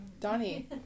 Donnie